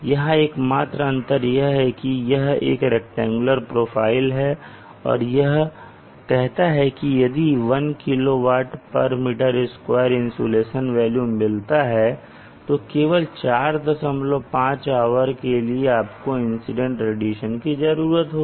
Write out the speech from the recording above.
यहाँ एकमात्र अंतर यह है कि यह एक रैक्टेंगुलर प्रोफाइल है और यह कहता है कि यदि 1 kWm2 इंसोलेशन वेल्यू मिलता है तो केवल 45 आवर के लिए आपको इंसिडेंट रेडिएशन की जरूरत होगी